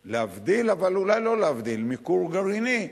להבדיל, אבל אולי לא להבדיל, מכור גרעיני.